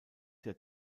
der